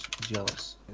jealous